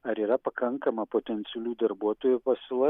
ar yra pakankama potencialių darbuotojų pasiūla